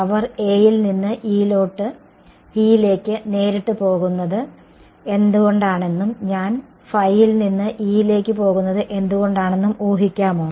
അവർ A യിൽ നിന്ന് E ലേക്ക് നേരിട്ട് പോകുന്നത് എന്തുകൊണ്ടാണെന്നും ഞാൻ യിൽ നിന്ന് E ലേക്ക് പോകുന്നത് എന്തുകൊണ്ടാണെന്നും ഊഹിക്കാമോ